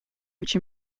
which